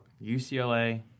UCLA